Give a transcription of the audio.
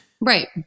Right